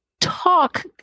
talk